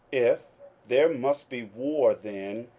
if there must be war then,